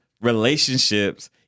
relationships